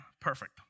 perfect